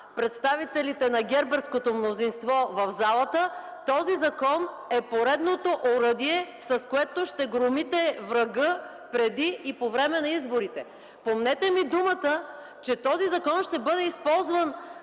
представителите на ГЕРБ-ерското мнозинство в залата този закон е поредното оръдие, с което ще громите врага преди и по време на изборите. Помнете ми думата, че този закон ще бъде използван